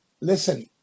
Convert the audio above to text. listen